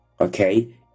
okay